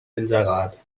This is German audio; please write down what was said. inserat